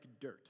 dirt